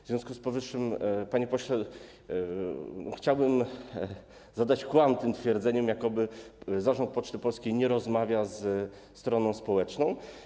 W związku z powyższym, panie pośle, chciałbym zadać kłam tym twierdzeniom, jakoby zarząd Poczty Polskiej nie rozmawiał ze stroną społeczną.